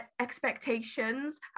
expectations